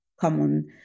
common